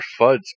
FUDs